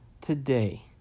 Today